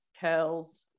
curls